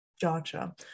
Gotcha